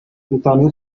ibiganiro